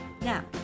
Now